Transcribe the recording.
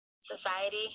society